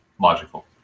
logical